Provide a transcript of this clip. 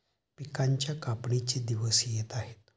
पिकांच्या कापणीचे दिवस येत आहेत